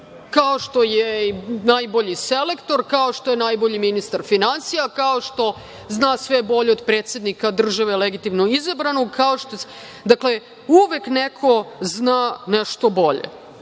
kao što je i najbolji selektor, kao što je najbolji ministar finansija, kao što zna sve bolje od predsednika države legitimnog izabranog, dakle, uvek neko zna nešto bolje.